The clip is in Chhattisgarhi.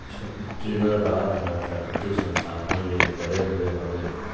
छत्तीसगढ़ राज ह प्राकृतिक संसाधन ले भरे हुए हवय